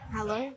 Hello